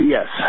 Yes